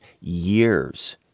years